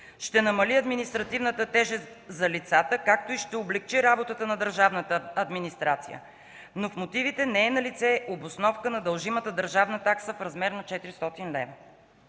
ще намали административната тежест за лицата, както и ще облекчи работата на държавната администрация, но в мотивите не е налице обосновка на дължимата държавна такса в размер на 400 лв.